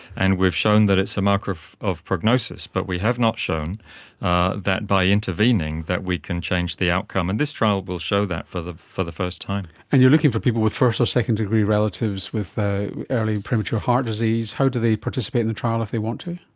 and we've shown that it's a marker of of prognosis, but we have not shown ah that by intervening that we can change the outcome, and this trial will show that for the for the first time. and you're looking for people with first or second degree relatives with early premature heart disease. how do they participate in the trial if they want to?